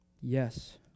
Yes